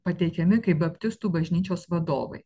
pateikiami kaip baptistų bažnyčios vadovai